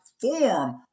form